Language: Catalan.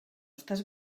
estàs